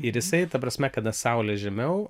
ir jisai ta prasme kada saulė žemiau